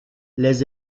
les